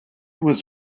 was